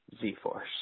Z-Force